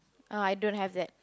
uh I don't have that